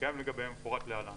שמתקיים לגביהם המפורט להלן".